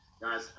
Guys